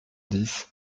dix